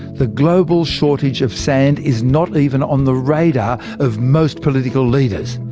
the global shortage of sand is not even on the radar of most political leaders.